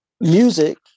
music